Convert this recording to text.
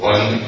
One